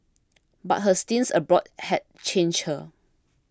but her stints abroad had changed her